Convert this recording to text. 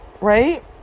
right